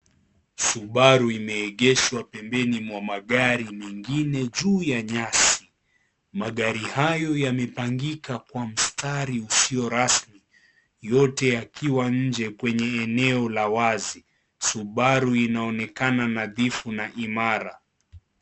Subaru imeegeshwa pembeni mwa magari mengine juu ya nyasi magari hayo yamepangika kwa mstari usio rasmi yote yakiwa nje kwenye eneo la wazi. Subaru inaonekana nadhifu na imara.